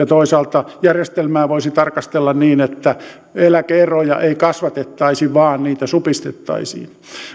toisaalta järjestelmää voisi tarkastella niin että eläke eroja ei kasvatettaisi vaan niitä supistettaisiin